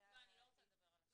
לא, אני לא רוצה לדבר על השילוב.